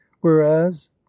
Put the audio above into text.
whereas